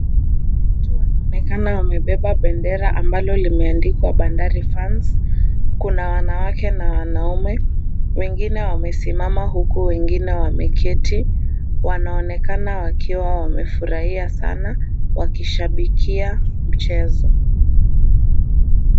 Watu wanaoenakana wamebeba bendera ambalo limeandikwa Bandari Fans. Kuna wanawake na wanaume . Wengine wamesimama huku wengine wameketi. Wanaoenekana wakiwa wamefurahia sana wakishabikia mchezo.